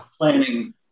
planning